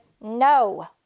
no